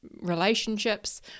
relationships